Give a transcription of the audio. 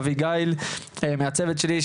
אביגיל מהצוות שלי,